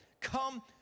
Come